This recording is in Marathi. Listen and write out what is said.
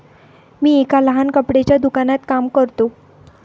मी एका लहान कपड्याच्या दुकानात काम करतो